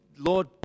Lord